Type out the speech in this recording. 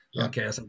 Okay